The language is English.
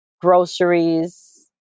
groceries